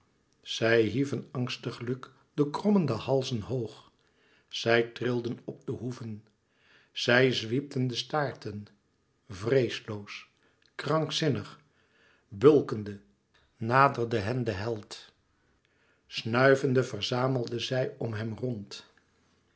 zij hieven angstiglijk de krommende halzen hoog zij trilden op de hoeven zij zwiepten de staarten vreesloos krankzinnig bulkende naderde hen de held snuivende verzamelden zij om hem rond